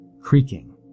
creaking